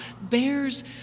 bears